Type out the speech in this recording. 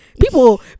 People